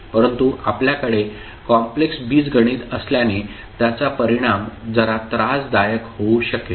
परंतु आपल्याकडे कॉम्प्लेक्स बीजगणित असल्याने त्याचा परिणाम जरा त्रासदायक होऊ शकेल